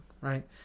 right